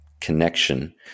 connection